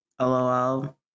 LOL